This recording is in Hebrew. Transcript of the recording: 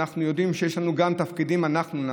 אנחנו יודעים שיש לנו גם תפקידים לעשות.